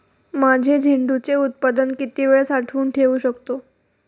माझे झेंडूचे उत्पादन किती वेळ साठवून ठेवू शकतो?